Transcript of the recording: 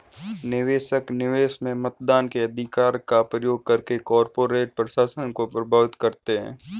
निवेशक, निवेश में मतदान के अधिकार का प्रयोग करके कॉर्पोरेट प्रशासन को प्रभावित करते है